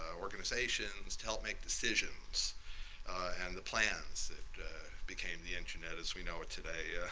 ah organizations, to help make decisions and the plans that became the internet as we know it today.